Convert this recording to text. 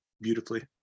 beautifully